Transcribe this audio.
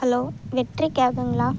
hello matric கேபுங்களா